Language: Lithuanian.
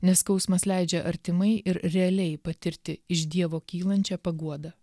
nes skausmas leidžia artimai ir realiai patirti iš dievo kylančią paguodą